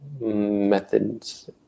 methods